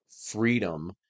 freedom